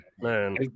Man